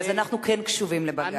אז אנחנו כן קשובים לבג"ץ.